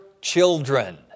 children